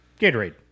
Gatorade